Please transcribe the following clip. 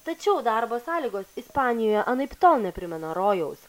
tačiau darbo sąlygos ispanijoje anaiptol neprimena rojaus